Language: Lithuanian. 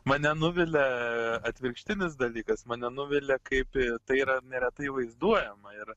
mane nuvilia atvirkštinis dalykas mane nuvilia kaip tai yra neretai vaizduojama ir